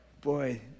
Boy